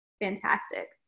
fantastic